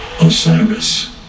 osiris